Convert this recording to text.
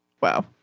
wow